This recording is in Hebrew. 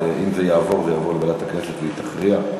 זה יעבור לוועדת הכנסת והיא תכריע,